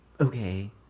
Okay